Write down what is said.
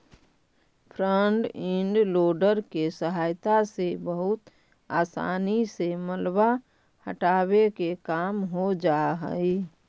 front end loader के सहायता से बहुत असानी से मलबा हटावे के काम हो जा हई